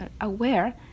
aware